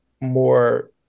more